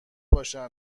باشن